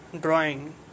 drawing